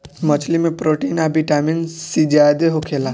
मछली में प्रोटीन आ विटामिन सी ज्यादे होखेला